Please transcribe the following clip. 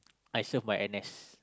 I serve my N_S